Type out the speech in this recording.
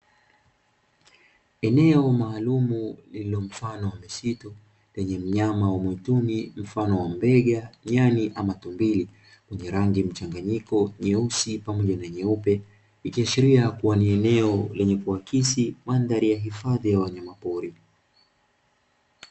Eneo maalumu lililo mfano wa msitu lenye mnyama wa mwituni mfano wa mbega, nyani au tumbili mwenye rangi mchanganyiko nyeusi pamoja na nyeupe, ikiashiria kuwa ni eneo lenye kuakisi mandhari ya hifadhi ya wanyamapori.